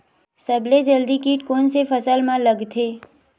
सबले जल्दी कीट कोन से फसल मा लगथे?